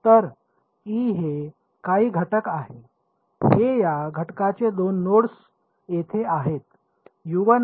तर e हे काही घटक आहेत हे या घटकाचे दोन नोड्स येथे आहेत